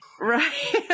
Right